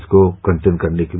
इसको कंटेन करने के लिए